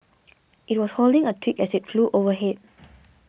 it was holding a twig as it flew overhead